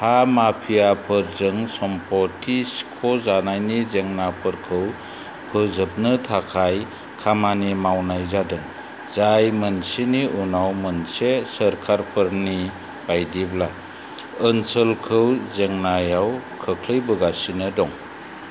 हा माफियाफोरजों सम्फथि सिख'जानायनि जेंनाफोरखौ फोजोबनो थाखाय खामानि मावनाय जादों जाय मोनसेनि उनाव मोनसे सोरखारफोरनि बायदिब्ला ओनसोलखौ जेंनायाव खोख्लैबोगासिनो दं